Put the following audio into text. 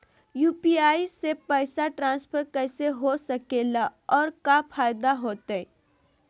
UPI से पैसा transfer कैसे हो सके ला और का फायदा होएत?